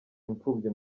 imfubyi